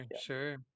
sure